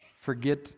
forget